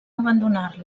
abandonar